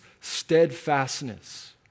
steadfastness